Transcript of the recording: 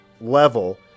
level